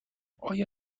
آیا